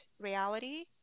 reality